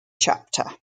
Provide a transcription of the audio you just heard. chapter